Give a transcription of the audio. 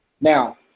Now